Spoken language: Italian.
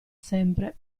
sempre